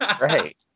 Right